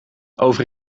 over